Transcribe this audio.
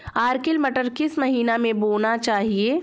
Arkel मटर किस महीना में बोना चाहिए?